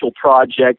project